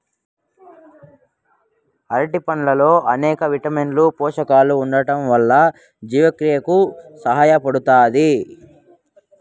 అరటి పండ్లల్లో అనేక విటమిన్లు, పోషకాలు ఉండటం వల్ల జీవక్రియకు సహాయపడుతాది